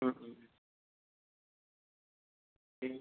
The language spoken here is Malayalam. മ് പിന്നെ